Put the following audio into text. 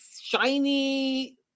shiny